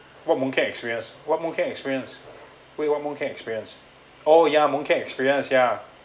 what mooncake experience what mooncake experience where what mooncake experience oh ya mooncake experience yeah